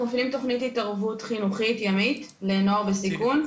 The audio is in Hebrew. אנחנו מפעילים תכנית התערבות חינוכית ימית לנוער בסיכון.